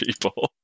people